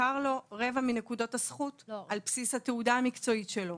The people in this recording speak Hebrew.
מוכר לו רבע מנקודות הזכות על בסיס התעודה המקצועית שלו.